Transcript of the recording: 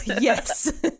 Yes